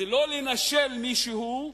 זה לא לנשל מישהו,